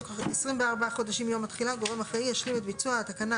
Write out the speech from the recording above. (2)תוך 24 חודשים מיום התחילה גורם אחראי ישלים את ביצוע תקנה